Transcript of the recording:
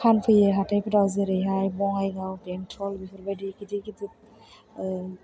फानफैयो हाथायफोराव जेरैहाय बङाइगाव बेंथल बेफोरबायदि गिदिर गिदिर